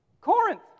Corinth